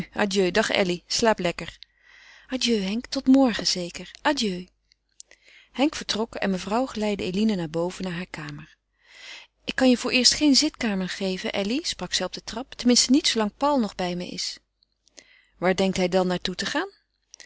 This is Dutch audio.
adieu dag elly slaap lekker adieu henk tot morgen zeker adieu henk vertrok en mevrouw geleidde eline naar boven naar heure kamer ik kan je vooreerst geen zitkamer geven elly sprak zij op de trap tenminste niet zoolang paul nog bij me is waar denkt hij dan naar toe te gaan